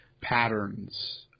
patterns